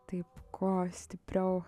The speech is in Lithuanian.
taip kuo stipriau